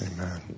Amen